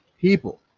people